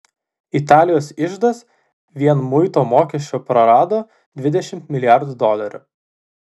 italijos iždas vien muito mokesčio prarado dvidešimt milijardų dolerių